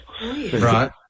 Right